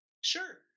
Sure